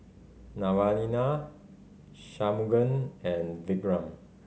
Naraina Shunmugam and Vikram